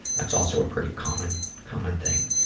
that's also a pretty common common thing.